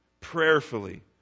prayerfully